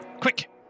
quick